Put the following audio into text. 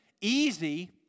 easy